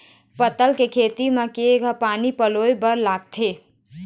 पताल के खेती म केघा पानी पलोए बर लागथे?